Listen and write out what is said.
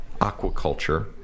aquaculture